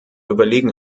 überlegen